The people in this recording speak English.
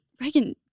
Reagan